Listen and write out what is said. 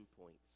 points